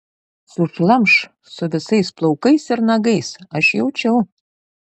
sušlamš su visais plaukais ir nagais aš jaučiau